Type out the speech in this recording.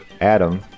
Adam